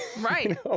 Right